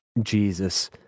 Jesus